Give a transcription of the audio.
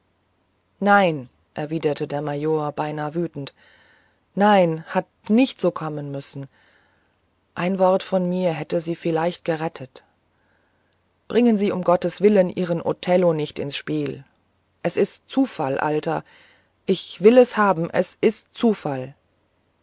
nein erwiderte der major beinahe wütend nein hat nicht so kommen müssen ein wort von mir hätte sie vielleicht gerettet bringen sie mir um gottes willen ihren othello nicht ins spiel es ist zufall alter ich will es haben es ist zufall